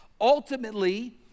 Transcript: ultimately